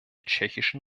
tschechischen